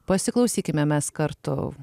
pasiklausykime mes kartu